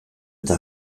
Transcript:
eta